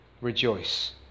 rejoice